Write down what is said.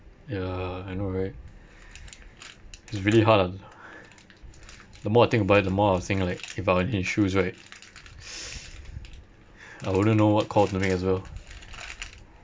ya I know right it's really hard lah the more I think about it the more I was thinking like if I were in his shoes right I wouldn't know what call to make as well